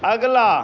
अगला